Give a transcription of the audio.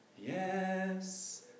Yes